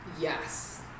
yes